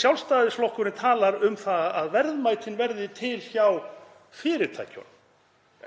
Sjálfstæðisflokkurinn talar um að verðmætin verði til hjá fyrirtækjunum